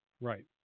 Right